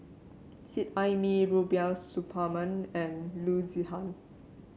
Seet Ai Mee Rubiah Suparman and Loo Zihan